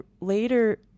later